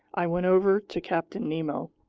i went over to captain nemo.